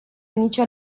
nicio